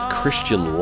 Christian